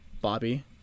Bobby